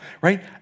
right